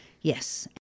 Yes